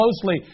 closely